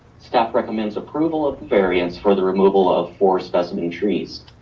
staff recommends approval of variants for the removal of four specimen trees.